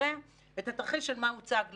מחלקכם את התרחיש של מה הוצג לנו.